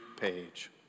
page